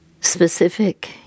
specific